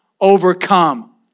overcome